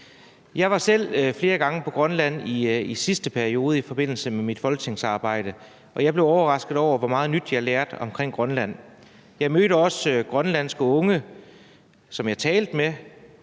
Jeg var selv flere gange på Grønland i sidste valgperiode i forbindelse med mit folketingsarbejde, og jeg blev overrasket over, hvor meget nyt jeg lærte om Grønland. Jeg mødte også grønlandske unge, som jeg talte med,